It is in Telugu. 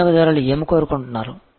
వినియోగదారులు ఏమి కోరుకుంటున్నారు